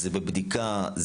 "זה בבדיקה",